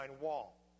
wall